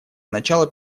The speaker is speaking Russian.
начало